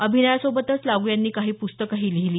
अभिनयासोबतच लागू यांनी काही पुस्तकंही लिहीली